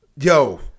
Yo